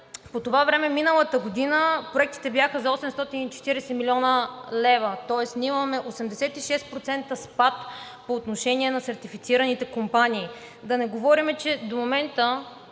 По това време миналата година проектите бяха за 840 млн. лв., тоест ние имаме 86% спад по отношение на сертифицираните компании, да не говорим, че до момента